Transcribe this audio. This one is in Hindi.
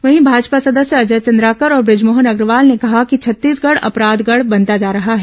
वहीं भाजपा सदस्य अजय चंद्राकर और ब्रजमोहन अग्रवाल ने कहा कि छत्तीसगढ अपराधगढ बनता जा रहा है